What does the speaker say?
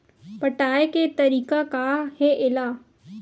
पटाय के तरीका का हे एला?